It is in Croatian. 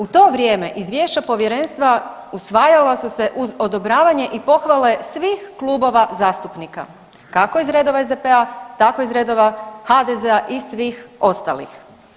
U to vrijeme izvješća Povjerenstva usvajala su se uz odobravanje i pohvale svih klubova zastupnika, kako iz redova SDP-a, tako iz redova HDZ-a i svih ostalih.